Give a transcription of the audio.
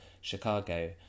Chicago